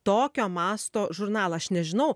tokio masto žurnalą aš nežinau